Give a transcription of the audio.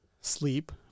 sleep